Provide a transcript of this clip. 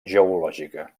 geològica